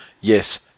yes